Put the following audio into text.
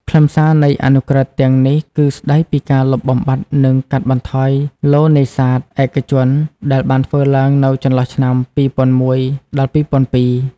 ខ្លឹមសារនៃអនុក្រឹត្យទាំងនេះ គឺស្តីពីការលុបបំបាត់ និងកាត់បន្ថយឡូតិ៍នេសាទឯកជន ដែលបានធ្វើឡើងនៅចន្លោះឆ្នាំ ២០០១-២០០២។